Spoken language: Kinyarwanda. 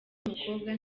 w’umukobwa